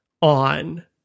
on